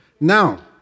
Now